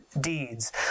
deeds